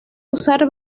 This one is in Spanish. usar